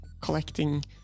collecting